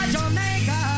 Jamaica